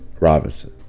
Robinson